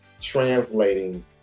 translating